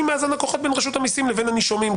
מאזן הכוחות בין רשות המסים לבין הנישומים,